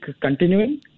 continuing